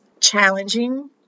challenging